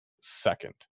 second